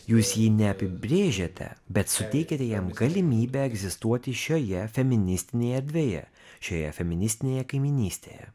jūs jį neapibrėžiate bet suteikiate jam galimybę egzistuoti šioje feministinėje erdvėje šioje feministinėje kaimynystėje